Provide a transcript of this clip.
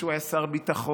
כשהוא היה שר ביטחון,